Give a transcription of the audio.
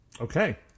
Okay